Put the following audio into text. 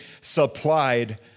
supplied